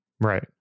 Right